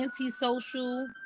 antisocial